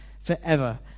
forever